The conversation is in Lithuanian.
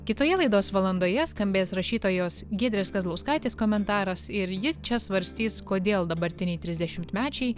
kitoje laidos valandoje skambės rašytojos giedrės kazlauskaitės komentaras ir jis čia svarstys kodėl dabartiniai trisdešimtmečiai